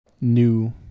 new